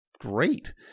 great